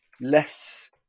less